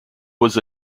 was